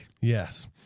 Yes